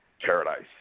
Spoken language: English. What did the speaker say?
paradise